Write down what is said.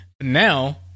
Now